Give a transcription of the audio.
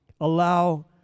Allow